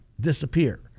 disappear